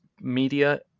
media